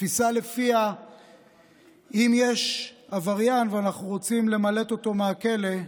תפיסה שלפיה אם יש עבריין שאנחנו רוצים למלט אותו מהכלא,